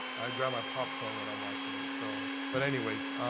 i grab my popcorn when i'm watching it. so but anyways,